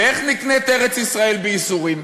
ואיך נקנית ארץ-ישראל בייסורים?